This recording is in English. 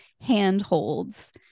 handholds